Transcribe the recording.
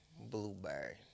Blueberry